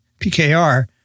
PKR